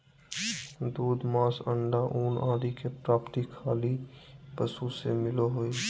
दूध, मांस, अण्डा, ऊन आदि के प्राप्ति खली पशु से मिलो हइ